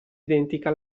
identica